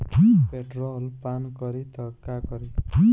Petrol पान करी त का करी?